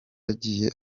yagize